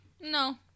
No